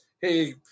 Hey